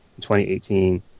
2018